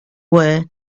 were